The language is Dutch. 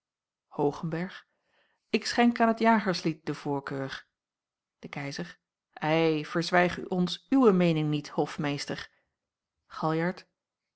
hoogenberg ik schenk aan het jagerslied de voorkeur de keizer ei verzwijg ons uwe meening niet hofmeester